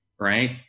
right